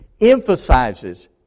emphasizes